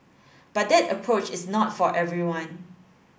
but that approach is not for everyone